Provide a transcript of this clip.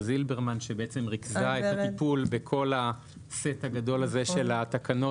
זילברמן שריכזה את הטיפול בכל הסט הגדול הזה של התקנות